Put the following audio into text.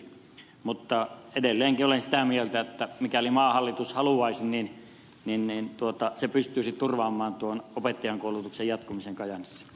mutta edelleenkin olen sitä mieltä että mikäli maan hallitus haluaisi niin se pystyisi turvaamaan opettajankoulutuksen jatkumisen kajaanissa s